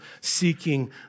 seeking